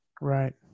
Right